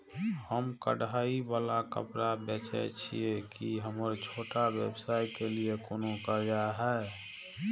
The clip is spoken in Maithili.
हम कढ़ाई वाला कपड़ा बेचय छिये, की हमर छोटा व्यवसाय के लिये कोनो कर्जा है?